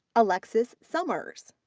alexis summers.